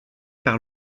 par